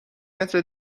متر